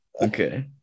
Okay